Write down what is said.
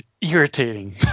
irritating